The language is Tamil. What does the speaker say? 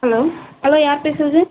ஹலோ ஹலோ யார் பேசுகிறது